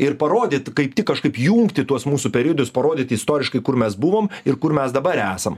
ir parodyt kaip kažkaip jungti tuos mūsų periodus parodyti istoriškai kur mes buvom ir kur mes dabar esam